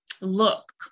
look